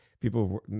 People